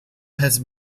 has